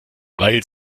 weil